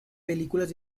películas